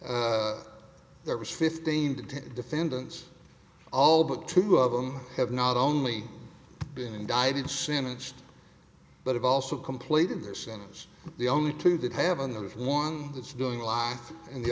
case there was fifteen to ten defendants all but two of them have not only been indicted sentenced but have also completed their sentence the only two that have another one that's doing life and the